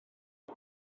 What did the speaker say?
mae